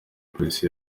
polisi